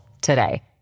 today